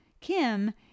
Kim